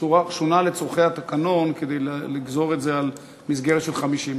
שונה לצורכי התקנון כדי לגזור את זה על מסגרת של 50 מילים.